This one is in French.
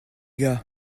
gars